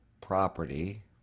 property